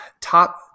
top